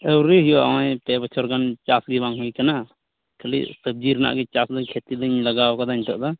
ᱟᱹᱣᱨᱤ ᱦᱩᱭᱩᱜᱼᱟ ᱦᱚᱸᱜᱚᱭ ᱯᱮ ᱵᱚᱪᱷᱚᱨ ᱜᱟᱱ ᱪᱟᱥ ᱜᱮ ᱵᱟᱝ ᱦᱩᱭᱟᱠᱟᱱᱟ ᱠᱷᱟᱹᱞᱤ ᱥᱚᱵᱽᱡᱤ ᱨᱮᱱᱟᱜ ᱜᱮ ᱪᱟᱥ ᱫᱚ ᱤᱧ ᱠᱷᱮᱛᱤ ᱫᱚᱧ ᱞᱟᱜᱟᱣ ᱟᱠᱟᱫᱟ ᱱᱤᱛᱚᱜ ᱫᱚ